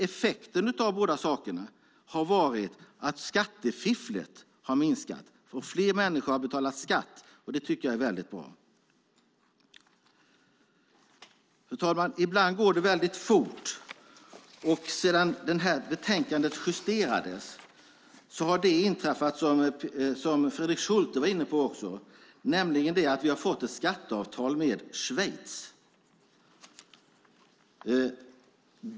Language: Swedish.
Effekten av båda sakerna har varit att skattefifflet har minskat och att fler människor betalat skatt. Det tycker jag är väldigt bra. Fru talman! Ibland går det väldigt fort. Sedan betänkandet justerades har det som Fredrik Schulte var inne på inträffat, nämligen att vi har fått ett skatteavtal med Schweiz.